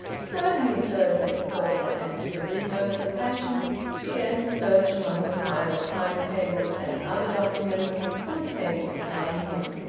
certainly, sir, said the porter, and with a rebirth of passion began to search among the pile of time-tables and other documents on a table behind him.